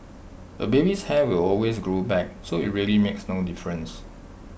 A baby's hair will always grow back so IT really makes no difference